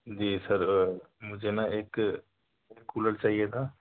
جی sir مجھے نا ایک کولر چاہیے تھا